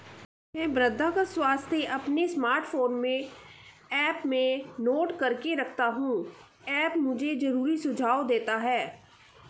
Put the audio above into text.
मैं मृदा का स्वास्थ्य अपने स्मार्टफोन में ऐप में नोट करके रखता हूं ऐप मुझे जरूरी सुझाव देता है